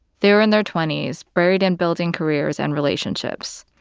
they were in their twenty s, buried in building careers and relationships.